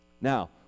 Now